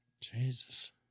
Jesus